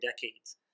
decades